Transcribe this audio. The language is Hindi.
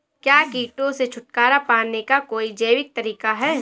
क्या कीटों से छुटकारा पाने का कोई जैविक तरीका है?